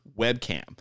webcam